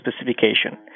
specification